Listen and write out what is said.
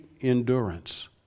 endurance